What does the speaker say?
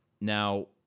Now